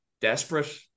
desperate